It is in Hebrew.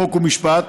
חוק ומשפט,